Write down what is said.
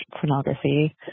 pornography